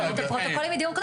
יש לנו פרוטוקולים מדיון קודם,